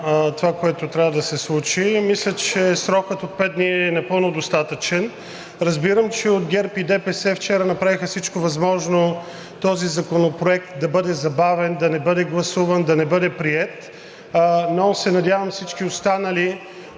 това, което трябва да се случи, мисля, че срокът от пет дни е напълно достатъчен. Разбирам, че от ГЕРБ и ДПС вчера направиха всичко възможно този законопроект да бъде забавен, да не бъде гласуван, да не бъде приет, но се надявам всички останали,